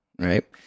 right